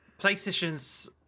PlayStation's